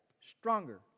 stronger